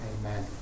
Amen